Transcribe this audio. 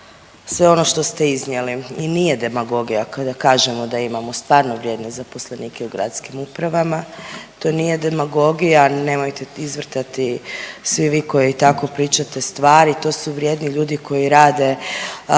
sve ono što ste iznijeli i nije demagogija kada kažemo da imamo stvarno vrijedne zaposlenike u gradskim upravama. To nije demagogija, nemojte izvrtati svi vi koji tako pričate stvari, to su vrijedni ljudi koji rade